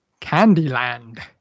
Candyland